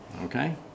okay